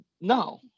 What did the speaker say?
no